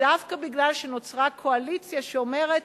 דווקא מפני שנוצרה קואליציה שאומרת,